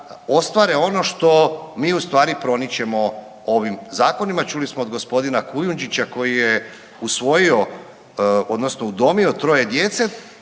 ostvare ono što mi u stvari promičemo ovim zakonima. Čuli smo od gospodina Kujundžića koji je usvojio odnosno udomio 3 djece